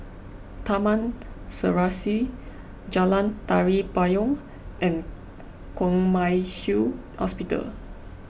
Taman Serasi Jalan Tari Payong and Kwong Wai Shiu Hospital